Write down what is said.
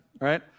right